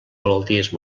malalties